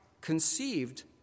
conceived